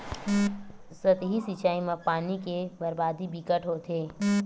सतही सिचई म पानी के बरबादी बिकट होथे